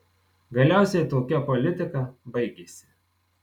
galiausiai tokia politika baigėsi